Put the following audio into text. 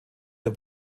der